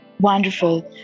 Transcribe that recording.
Wonderful